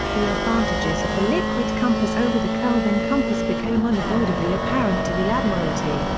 the advantages of the liquid compass over the kelvin compass became unavoidably apparent to the admiralty,